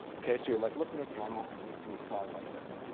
okay so you're like looking at the animal from the side like this,